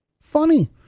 funny